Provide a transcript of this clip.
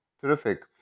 Terrific